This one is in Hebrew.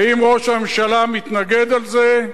ואם ראש הממשלה מתנגד לזה,